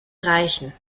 reichen